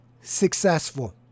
successful